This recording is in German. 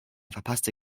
verpasste